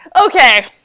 Okay